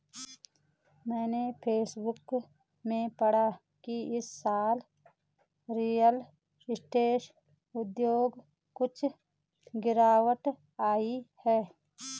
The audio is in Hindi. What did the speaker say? मैंने फेसबुक में पढ़ा की इस साल रियल स्टेट उद्योग कुछ गिरावट आई है